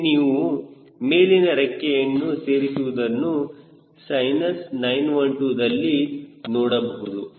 ಇಲ್ಲಿ ನೀವು ಮೇಲಿನ ರೆಕ್ಕೆಯನ್ನು ಸೇರಿಸಿರುವುದನ್ನು ಸೈನಸ್ 912 ದಲ್ಲಿ ನೋಡಬಹುದು